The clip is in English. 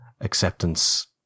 acceptance